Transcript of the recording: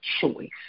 choice